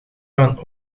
van